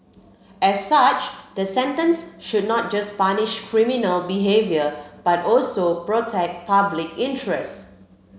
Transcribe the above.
as such the sentence should not just punish criminal behaviour but also protect public interest